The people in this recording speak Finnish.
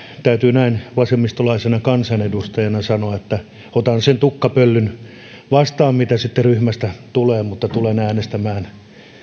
täytyy näin vasemmistolaisena kansanedustajana sanoa että otan sen tukkapöllyn vastaan mitä sitten ryhmästä tulee mutta tulen äänestämään